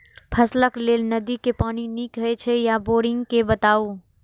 फसलक लेल नदी के पानी नीक हे छै या बोरिंग के बताऊ?